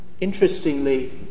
interestingly